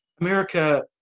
America